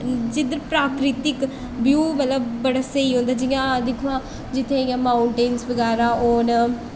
जिद्धर प्राकृतिक व्यू मतलब बड़ा स्हेई होंदा जि'यां मतलब जित्थै इ'यां माउंटेन बगैरा होन